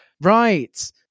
right